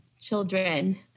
children